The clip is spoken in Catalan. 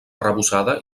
arrebossada